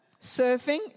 Surfing